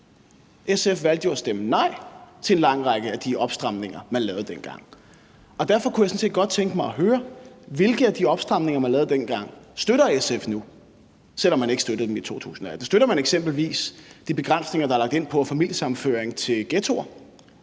SF valgte jo at stemme nej til en lang række af de opstramninger, man lavede dengang, og derfor kunne jeg sådan set godt tænke mig at høre, hvilke af de opstramninger, man lavede dengang, SF støtter nu, selv om man ikke støttede dem i 2018. Støtter man eksempelvis de begrænsninger, der er lagt ind på familiesammenføring til ghettoer,